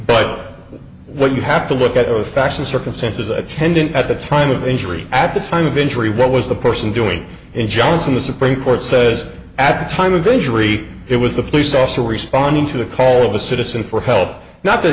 but what you have to look at the fashion circumstances attendant at the time of injury at the time of injury what was the person doing in johnson the supreme court says at the time of injury it was the police officer responding to the call of a citizen for help not that